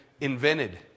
invented